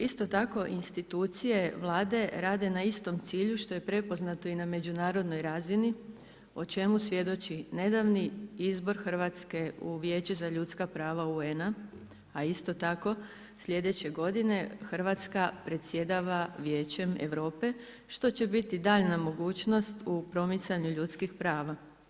Isto tako institucije Vlade rade na istom cilju, što je prepoznato na međunarodnoj razini, o čemu svjedoči nedavni izbor Hrvatske u vijeće za ljudska prava UN-a a isto tako sljedeće godine, Hrvatska predsjedava Vijećem Europe što će biti daljnja mogućnost u promicanju ljudskih prava.